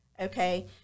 okay